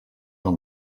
del